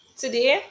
today